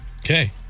Okay